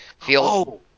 feel